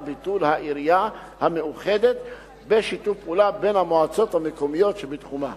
ביטול העירייה המאוחדת בשיתוף פעולה בין המועצות המקומיות שבתחומה.